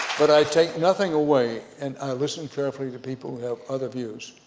but i take nothing away and i listen carefully to people who have other views,